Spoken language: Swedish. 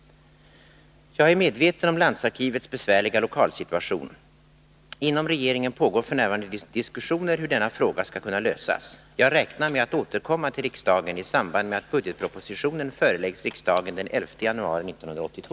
Jag är medveten om landsarkivets besvärliga lokalsituation. Inom regeringen pågår f. n. diskussioner hur denna fråga skall kunna lösas. Jag räknar med att återkomma till riksdagen i samband med att budgetpropositionen föreläggs riksdagen den 11 januari 1982.